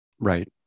Right